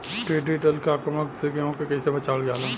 टिडी दल के आक्रमण से गेहूँ के कइसे बचावल जाला?